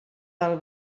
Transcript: del